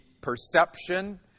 perception